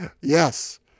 Yes